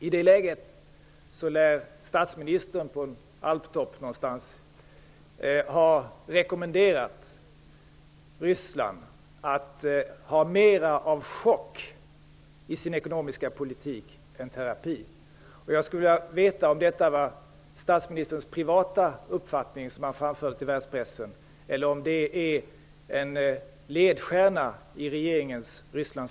I det läget lär statsministern på en alptopp någonstans ha rekommenderat Ryssland att ha mer av chock än terapi i sin ekonomiska politik. Jag skulle vilja veta om detta var statsministerns privata uppfattning, som han framförde till världspressen, eller om det är en ledstjärna i regeringens